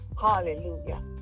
hallelujah